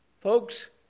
Folks